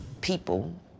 People